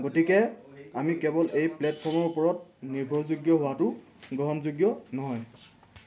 গতিকে আমি কেৱল এই প্লেটফৰ্মৰ ওপৰত নিৰ্ভৰযোগ্য হোৱাটো গ্ৰহণযোগ্য নহয়